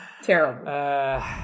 Terrible